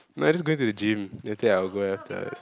no I just going to the gym then after that I'll go after I